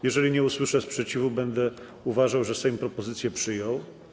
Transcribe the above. Jeżeli nie usłyszę sprzeciwu, będę uważał, że Sejm propozycję przyjął.